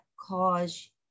cause